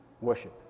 worship